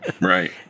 Right